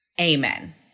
Amen